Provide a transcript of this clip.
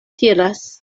tiras